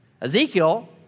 Ezekiel